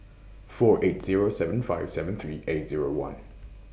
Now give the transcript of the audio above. four eight Zero seven five seven three eight Zero one